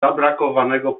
zabrakowanego